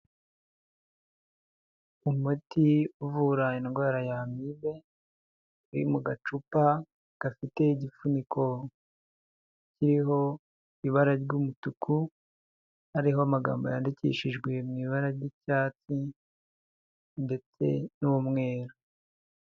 Umuti uvura indwara y'amibe uri mu gacupa gafite igifuniko kiriho ibara ry'umutuku, hariho amagambo yandikishijwe mu ibara ry'icyatsi ndetse n'umweru.